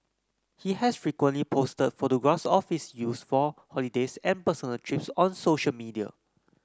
he has frequently posted photographs of its use for holidays and personal trips on social media